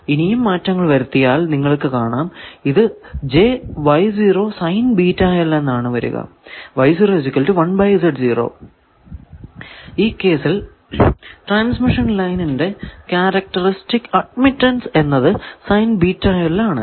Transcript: ഇനിയും മാറ്റങ്ങൾ വരുത്തിയാൽ നിങ്ങൾക്കു കാണാം ഇത് എന്നാണ് വരിക ഈ കേസിൽ ട്രാൻസ്മിഷൻ ലൈനിന്റെ ക്യാരക്ടറിസ്റ്റിക് അഡ്മിറ്റൻസ് എന്നത് ആണ്